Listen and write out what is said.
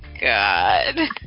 god